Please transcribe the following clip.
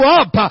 up